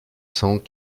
cent